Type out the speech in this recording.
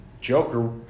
Joker